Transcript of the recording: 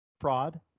fraud